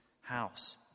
house